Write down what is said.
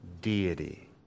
deity